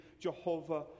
Jehovah